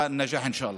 אינשאללה.)